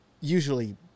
usually